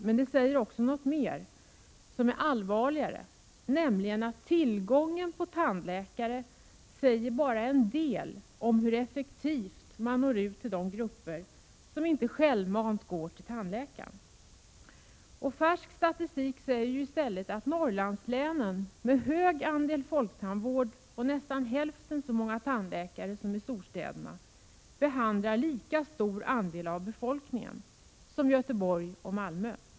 Men det säger också något mer, som är allvarligare, nämligen att tillgången på tandläkare bara säger en del om hur effektivt man når ut till de grupper som inte självmant går till tandläkaren. Färsk statistik säger i stället att man i Norrlandslänen — med hög andel folktandvård och nästan hälften så många tandläkare som i storstäderna — behandlar lika stor andel av befolkningen som i Göteborg och Malmö.